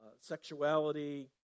sexuality